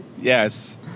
Yes